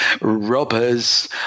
robbers